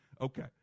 Okay